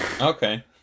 Okay